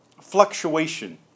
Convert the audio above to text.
fluctuation